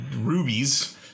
rubies